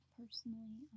personally